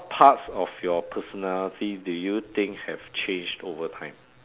parts of your personality do you think have changed over time